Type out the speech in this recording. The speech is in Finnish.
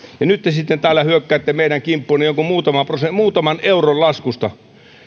ja nyt te sitten täällä hyökkäätte meidän kimppuumme jonkun muutaman euron laskusta